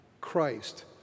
Christ